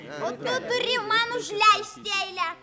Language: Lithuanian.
o tu turi man užleist eilę